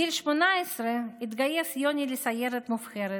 בגיל 18 התגייס יוני לסיירת מובחרת